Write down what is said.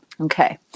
Okay